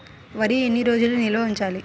వరి ఎన్ని రోజులు నిల్వ ఉంచాలి?